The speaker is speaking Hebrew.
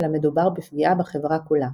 אלא מדובר בפגיעה בחברה כולה".